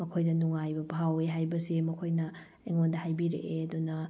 ꯃꯈꯣꯏꯅ ꯅꯨꯡꯉꯥꯏꯕ ꯐꯥꯎꯏ ꯍꯥꯏꯕꯁꯤ ꯃꯈꯣꯏꯅ ꯑꯩꯉꯣꯟꯗ ꯍꯥꯏꯕꯤꯔꯛꯏ ꯑꯗꯨꯅ